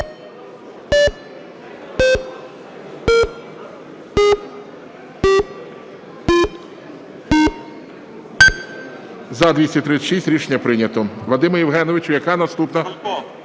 За-236 Рішення прийнято. Вадиме Євгеновичу, яка наступна?